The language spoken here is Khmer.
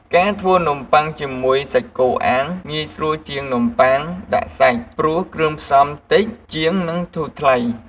ការធ្វើនំបុ័ងជាមួយសាច់គោអាំងងាយស្រួលជាងនំបុ័ងដាក់សាច់ព្រោះគ្រឿងផ្សំតិចជាងនិងធូរថ្លៃ។